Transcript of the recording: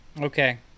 Okay